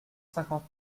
cinquante